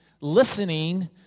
listening